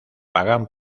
pagan